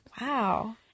Wow